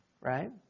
right